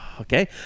Okay